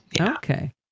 okay